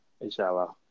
Inshallah